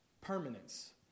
permanence